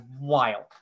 wild